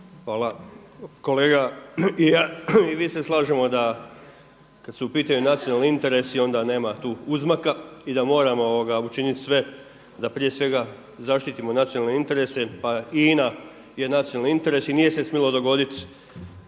(HSS)** Kolega i ja i vi se slažemo da kada su u pitanju nacionalni interesi onda nema tu uzmaka i da moramo učiniti sve da prije svega zaštitimo nacionalne interese pa i INA je nacionalni interes i nije se smjelo dogoditi